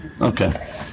Okay